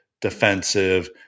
defensive